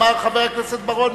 אמר חבר הכנסת בר-און: